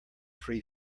free